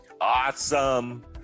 Awesome